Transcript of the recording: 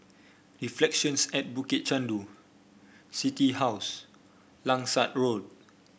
Reflections at Bukit Chandu City House Langsat Road